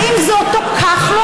האם זה אותו כחלון?